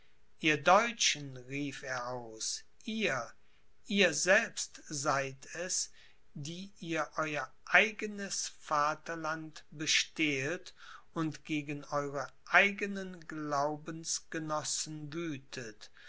ihr deutschen rief er aus ihr ihr selbst seid es die ihr euer eigenes vaterland bestehlt und gegen eure eigenen glaubensgenossen wüthet